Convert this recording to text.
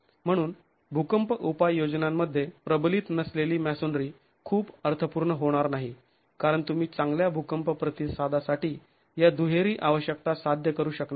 म्हणून भूकंप उपाययोजनांमध्ये प्रबलित नसलेली मॅसोनरी खूप अर्थपूर्ण होणार नाही कारण तुम्ही चांगल्या भूकंप प्रतिसादासाठी या दुहेरी आवश्यकता साध्य करू शकणार नाही